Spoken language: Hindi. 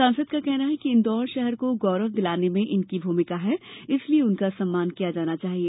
सांसद का कहना है कि इंदौर शहर को गौरव दिलाने में इनकी भूमिका है इसलिए उनका सम्मान किया जाना चाहिए